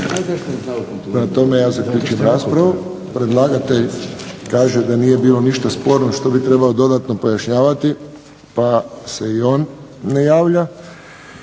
tome, ja zaključujem raspravu. Predlagatelj kaže da nije bilo ništa sporno što bi trebao dodatno pojašnjavati, pa se i on ne javlja.